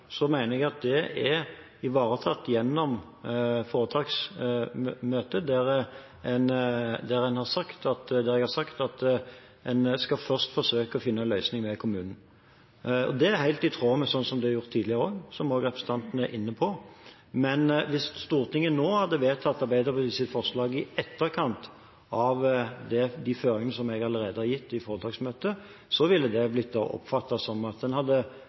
jeg at det er ivaretatt gjennom foretaksmøtet, der jeg har sagt at en først skal forsøke å finne en løsning med kommunen. Det er helt i tråd med slik det også er gjort tidligere, som også representanten er inne på. Men hvis Stortinget nå hadde vedtatt Arbeiderpartiets forslag – i etterkant av de føringene som jeg allerede har gitt i foretaksmøtet – ville det blitt oppfattet som at en hadde